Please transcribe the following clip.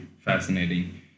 fascinating